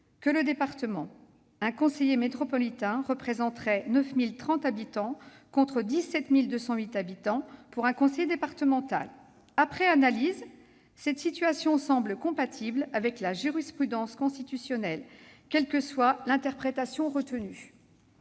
que le département : un conseiller métropolitain représenterait 9 030 habitants, contre 17 208 pour un conseiller départemental. Après analyse, cette situation semble compatible avec la jurisprudence constitutionnelle, quelle que soit l'interprétation retenue.